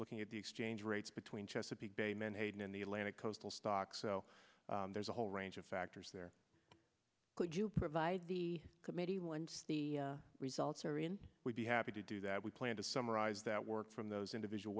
looking at the exchange rates between chesapeake bay menhaden in the atlantic coastal style so there's a whole range of factors there could you provide the committee once the results are in we'd be happy to do that we plan to summarize that work from those individual